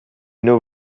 know